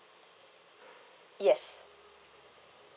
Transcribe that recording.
yes